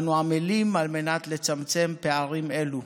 ואנו עמלים על מנת לצמצם פערים אלו.